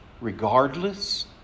regardless